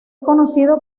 conocido